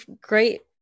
great